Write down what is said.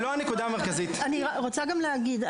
אני רוצה גם להגיד,